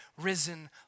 risen